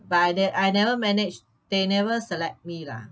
but I ne~ I never manage they never select me lah